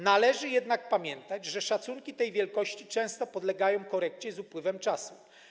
Należy jednak pamiętać, że szacunki tej wielkości często podlegają korekcie z upływem czasu.